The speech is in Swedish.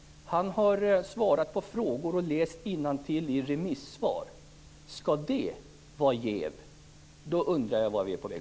Han har svarat på frågor och läst innantill i remissvar. Om det skall vara jäv, undrar jag vart vi är på väg.